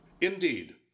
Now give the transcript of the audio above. Indeed